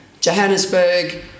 Johannesburg